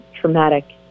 traumatic